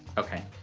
okay,